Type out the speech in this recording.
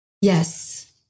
Yes